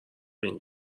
این